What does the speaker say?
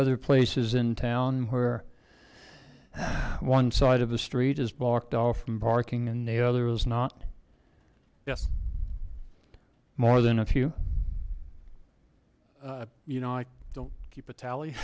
other places in town where one side of the street is blocked off from parking and the other is not yes more than a few you know i don't keep a tally